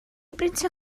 brintio